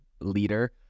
leader